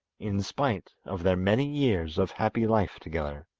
in spite of their many years of happy life together.